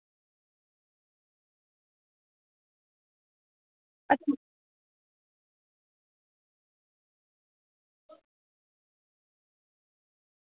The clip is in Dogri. अच्छा